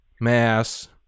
mass